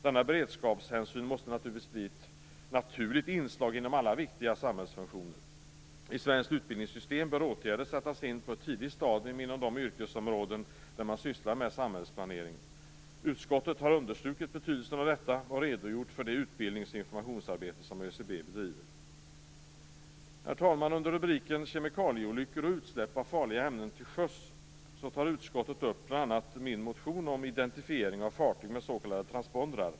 Denna beredskapshänsyn måste naturligtvis bli ett naturligt inslag inom alla viktiga samhällsfunktioner. I svenskt utbildningssystem bör åtgärder sättas in på ett tidigt stadium inom de yrkesområden där man sysslar med samhällsplanering. Utskottet har understrukit betydelsen av detta och redogjort för det utbildnings och informationsarbete som ÖCB bedriver. Herr talman! Under rubriken Kemikalieolyckor och utsläpp av farliga ämnen till sjöss m.m. tar utskottet upp bl.a. min motion om identifiering av fartyg med s.k. transpondrar.